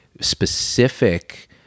specific